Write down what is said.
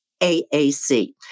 AAC